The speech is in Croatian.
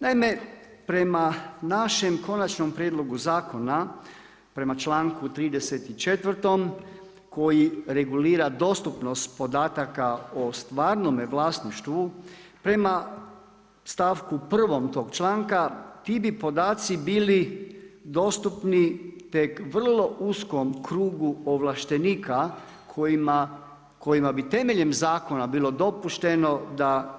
Naime, prema našem konačnom prijedlogu zakona prema članku 34. koji regulira dostupnost podataka o stvarnome vlasništvu prema stavku 1. tog članka, ti bi podaci bili dostupni tek vrlom uskom krugu ovlaštenika kojima bi temeljem zakona bilo dopušteno da